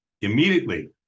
Immediately